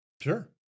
Sure